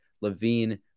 Levine